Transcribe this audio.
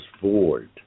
void